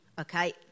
okay